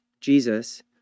Jesus